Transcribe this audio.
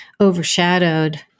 overshadowed